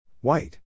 White